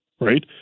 right